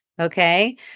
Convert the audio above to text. Okay